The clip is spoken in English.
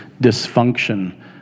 dysfunction